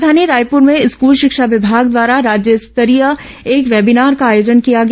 राजधानी रायपुर में स्कूल शिक्षा विभाग द्वारा राज्य स्तरीय एक वेबीनार का आयोजन किया गया